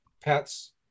pets